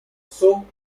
son